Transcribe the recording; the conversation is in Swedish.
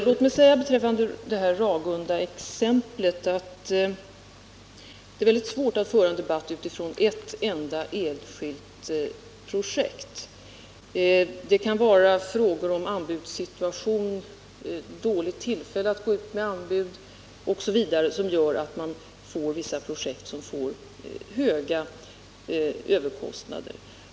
Låt mig beträffande Ragundaexemplet säga att det är väldigt svårt att föra en debatt utifrån ett enda enskilt projekt. En dålig anbudssituation eller något liknande kan göra att vissa projekt får höga överkostnader.